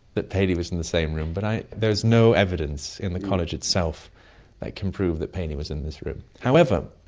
that paley was in the same room, but there is no evidence in the college itself that can prove that paley was in this room. however,